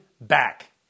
back